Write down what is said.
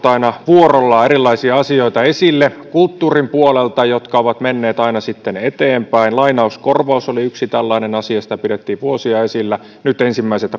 aina vuorollaan esille kulttuurin puolelta erilaisia asioita jotka ovat menneet aina sitten eteenpäin lainauskorvaus oli yksi tällainen asia sitä pidettiin vuosia esillä nyt ensimmäiset